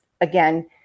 again